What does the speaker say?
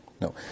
no